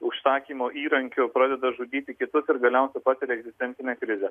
užsakymo įrankiu pradeda žudyti kitus ir galiausiai patiria egzistencinę krizę